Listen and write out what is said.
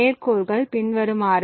நன்றி